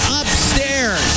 upstairs